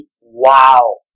Wow